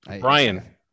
Brian